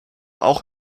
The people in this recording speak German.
auch